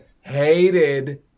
hated